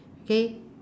okay